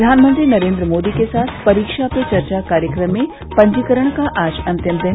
प्रधानमंत्री नरेन्द्र मोदी के साथ परीक्षा पे चर्चा कार्यक्रम में पंजीकरण का आज अंतिम दिन